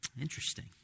Interesting